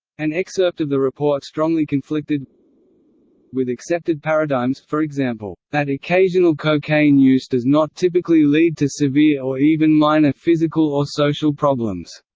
an excerpt of the report strongly conflicted with accepted paradigms, for example that occasional cocaine use does not typically lead to severe or even minor physical or social problems.